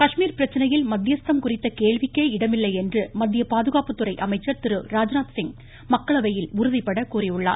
காஷ்மீர் பிரச்னையில் மத்யஸ்தம் குறித்த கேள்விக்கே இடமில்லை என்று மத்திய பாதுகாப்புத்துறை அமைச்சர் திரு ராஜ்நாத் சிங் மக்களவையில் உறுதிபட கூறினார்